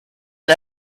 and